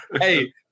Hey